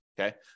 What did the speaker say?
okay